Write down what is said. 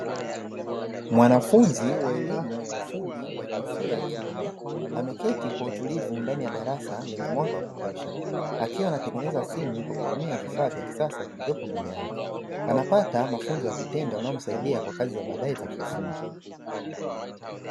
Mwanafunzi wa elimu ya ufundi wa jinsia ya kiume; ameketi kwa utulivu ndani ya darasa lenye mwanga wa kutosha, akiwa anatengeneza simu kwa kutumia vifaa vya kisasa vilivyopo mbele yake. Anapata mafuzo ya vitendo yanayomsaidia kwa kazi za baade za kiufundi.